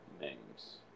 names